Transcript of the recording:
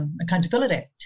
accountability